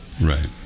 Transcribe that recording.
right